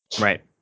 Right